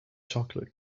chocolate